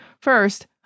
First